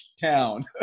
town